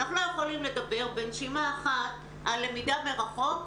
אנחנו לא יכולים לדבר בנשימה אחת על למידה מרחוק